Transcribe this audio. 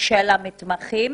של המתמחים.